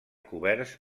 coberts